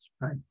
Right